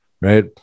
right